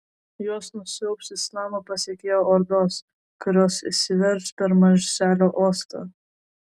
juos nusiaubs islamo pasekėjų ordos kurios įsiverš per marselio uostą